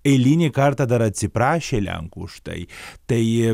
eilinį kartą dar atsiprašė lenkų už tai tai